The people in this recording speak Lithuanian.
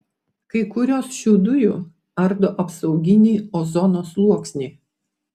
kai kurios šių dujų ardo apsauginį ozono sluoksnį